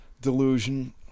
delusion